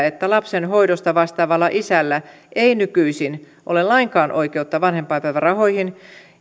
että lapsen hoidosta vastaavalla isällä ei nykyisin ole lainkaan oikeutta vanhempainpäivärahoihin